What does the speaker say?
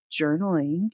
journaling